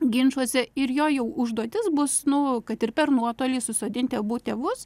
ginčuose ir jo jau užduotis bus nu kad ir per nuotolį susodinti abu tėvus